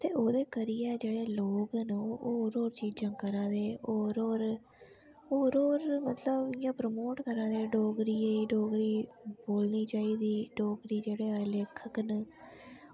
ते ओह्दे करियै जेह्ड़े लोग न ओह् होर होर चीजां करा दे होर होर होर होर मतलब प्रमोट करा दे डोगरी होई डोगरी औनी चाहिदी डोगरी जेह्ड़े लेखक न